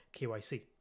KYC